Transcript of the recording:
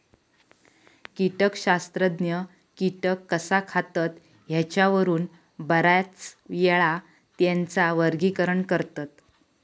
कीटकशास्त्रज्ञ कीटक कसा खातत ह्येच्यावरून बऱ्याचयेळा त्येंचा वर्गीकरण करतत